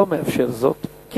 לא מאפשר זאת,